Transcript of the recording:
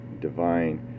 divine